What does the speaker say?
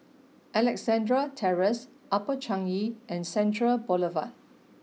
Alexandra Terrace Upper Changi and Central Boulevard